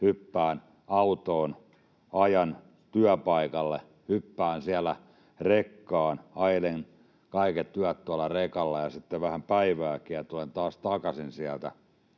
hyppään autoon, ajan työpaikalle, hyppään siellä rekkaan, ajelen kaiket yöt tuolla rekalla ja sitten vähän päivääkin ja tulen taas takaisin sieltä,